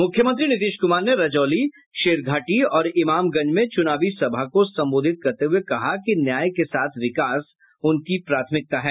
मुख्यमंत्री नीतीश कुमार ने रजौली शेरघाटी और इमामगंज में चुनावी सभा को संबोधित करते हये कहा कि न्याय के साथ विकास उनकी प्राथमिकता है